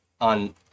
on